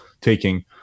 taking